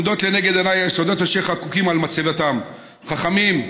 עומדים לנגד עיניי היסודות אשר חקוקים על מצבתם: ”חכמים,